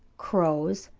crows,